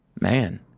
Man